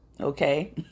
Okay